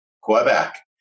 Quebec